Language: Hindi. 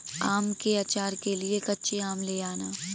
आम के आचार के लिए कच्चे आम ले आना